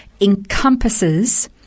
encompasses